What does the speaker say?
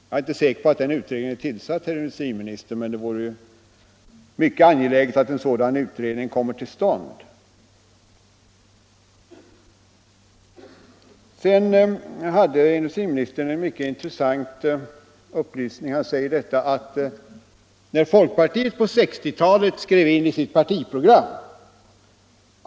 Jag är inte säker på att utredningen är tillsatt, herr industriminister, men det är mycket angeläget att den kommer till stånd. Industriministern lämnade en synnerligen intressant upplysning.